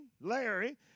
Larry